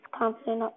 confident